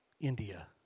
India